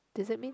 did it mean